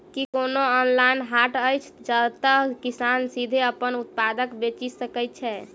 की कोनो ऑनलाइन हाट अछि जतह किसान सीधे अप्पन उत्पाद बेचि सके छै?